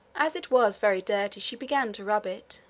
as it was very dirty she began to rub it,